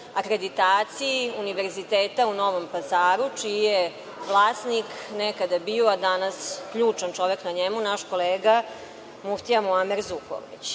akreditaciji Univerziteta u Novom Pazaru, čiji je vlasnik nekada bio, a danas ključan čovek na njemu, naš kolega muftija Muamer Zukorlić. Jednu